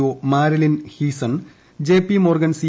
O Marillyn Hewson JP Morgan C